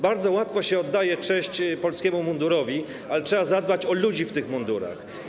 Bardzo łatwo się oddaje cześć polskiemu mundurowi, ale trzeba zadbać o ludzi w tych mundurach.